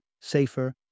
safer